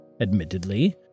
admittedly